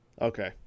Okay